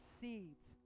seeds